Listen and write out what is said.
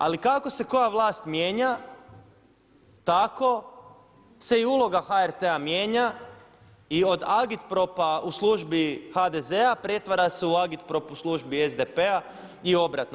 Ali kako se koja vlast mijenja tako se i uloga HRT-a mijenja i od Agitpropa u službi HDZ-a pretvara se u Agitprop u službi SDP-a i obratno.